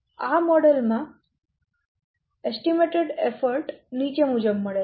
આ મોડેલ માં પ્રયત્નો નો અંદાજ નીચે મુજબ મળે છે